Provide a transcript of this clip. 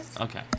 okay